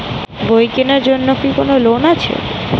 বই কেনার জন্য কি কোন লোন আছে?